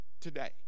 today